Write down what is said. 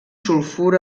sulfur